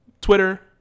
Twitter